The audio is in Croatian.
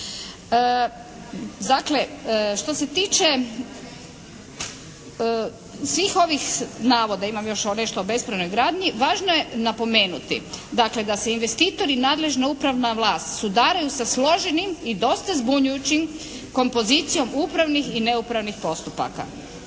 što se tiče svih ovih navoda, imam još nešto o bespravnoj gradnji važno je napomenuti, dakle da se investitor i nadležna upravna vlast sudaraju sa složenim i dosta zbunjujućom kompozicijom upravnih i neupravnih postupaka.